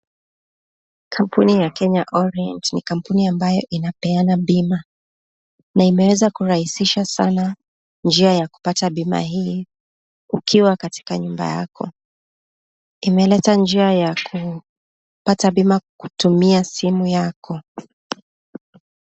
Kampuni ya Kenya Orange ni kampuni ambaye inapeana bima, Na imeweza kuraisisha sanaa njia ya kupata bima hii ukiwa katika nyumba yako, Imeleta njia ya kupata bima kutumia simu yako.